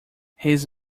his